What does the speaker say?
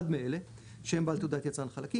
אחד מאלה - שם בעל תעודת יצרן החלקים,